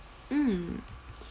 mm